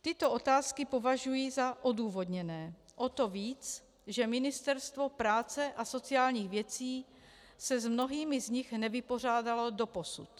Tyto otázky považuji za odůvodněné o to víc, že Ministerstvo práce a sociálních věcí se s mnohými z nich nevypořádalo doposud.